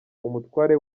umutware